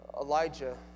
Elijah